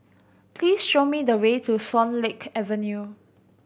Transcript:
please show me the way to Swan Lake Avenue